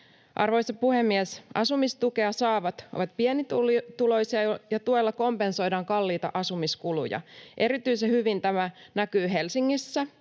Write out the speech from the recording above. Arvoisa puhemies! Asumistukea saavat ovat pienituloisia, ja tuella kompensoidaan kalliita asumiskuluja. Erityisen hyvin tämä näkyy Helsingissä.